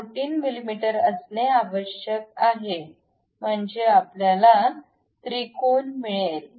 14 मिमी असणे आवश्यक आहे म्हणजे आपल्याला त्रिकोण मिळेल